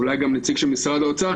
אולי גם נציג של משרד האוצר,